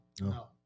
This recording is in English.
No